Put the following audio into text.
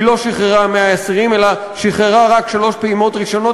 היא לא שחררה 100 אסירים אלא שחררה רק שלוש פעימות ראשונות